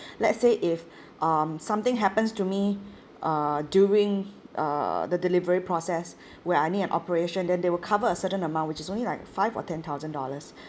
let's say if um something happens to me uh during err the delivery process where I need an operation then they will cover a certain amount which is only like five or ten thousand dollars